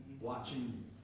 Watching